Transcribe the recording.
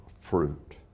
fruit